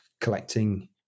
collecting